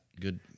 Good